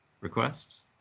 Requests